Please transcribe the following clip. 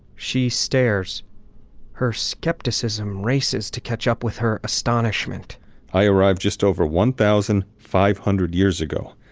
she stares her skepticism, races to catch up with her astonishment i arrived just over one thousand five hundred years ago.